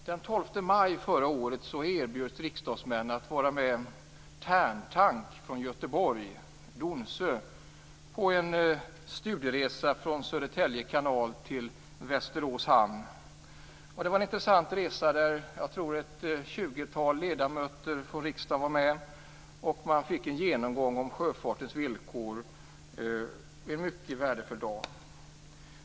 Den 12 maj förra året erbjöds riksdagsmän att följa med Tärntank från Domsö i Göteborg på en studieresa från Södertälje kanal till Västerås hamn. Det var en intressant resa där jag tror att ett tjugotal ledamöter från riksdagen var med. Vi fick en genomgång av sjöfartens villkor. Det var en mycket värdefull dag.